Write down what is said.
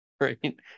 Right